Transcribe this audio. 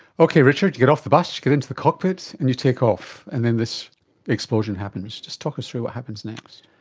okay richard, you get off the bus, you get into the cockpit and you take off, and then this explosion happens. just talk us through what happens next.